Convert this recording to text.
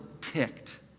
ticked